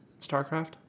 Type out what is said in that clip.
StarCraft